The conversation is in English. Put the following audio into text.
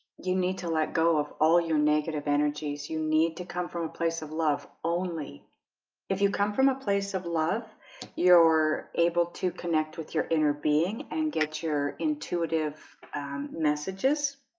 you need to let go of all your negative energies you need to come from a place of love only if you come from a place of love you're able to connect with your inner being and get your intuitive messages